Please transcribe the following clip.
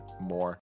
more